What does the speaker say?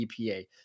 EPA